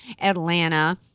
Atlanta